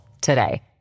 today